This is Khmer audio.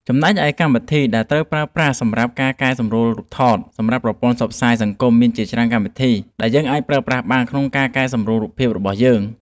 ចំណែកឯ កម្មវិធីដែលត្រូវប្រើប្រាស់សម្រាប់ការកែសម្រួលរូបថតសម្រាប់ប្រព័ន្ធផ្សព្វផ្សាយសង្គមមានជាច្រើនកម្មវិធី ដែលយើងអាចប្រើប្រាស់ក្នុងការកែសម្រួលរូបភាពរបស់យើង។